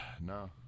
no